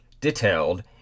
detailed